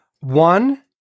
One